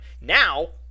Now